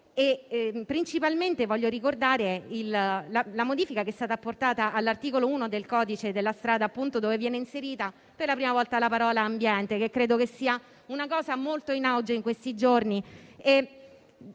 Principalmente, voglio ricordare la modifica apportata all'articolo 1 del codice della strada, dove viene inserita per la prima volta la parola ambiente, che credo sia espressione cosa molto *in auge* in questi giorni.